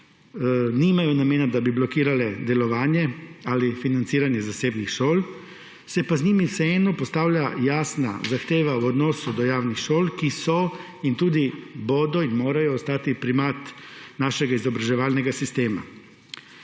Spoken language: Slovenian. nimajo namena, da bi blokirale delovanja ali financiranje zasebnih šol, se pa z njimi vseeno postavlja jasna zahteva v odnosu do javnih šol, ki so in tudi bodo in morajo ostati primat našega izobraževalnega sistema.